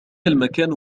المكان